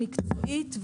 מקצועית,